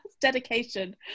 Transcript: dedication